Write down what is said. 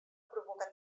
provoca